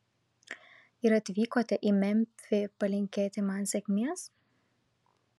ir atvykote į memfį palinkėti man sėkmės